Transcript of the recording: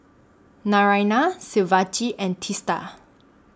Naraina Shivaji and Teesta